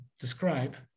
describe